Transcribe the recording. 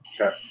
Okay